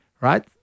right